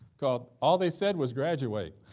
called all they said was graduate.